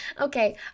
Okay